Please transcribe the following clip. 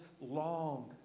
long